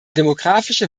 demografische